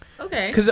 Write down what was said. Okay